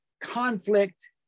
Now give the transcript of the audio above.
conflict